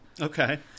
Okay